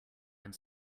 and